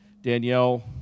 Danielle